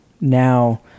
now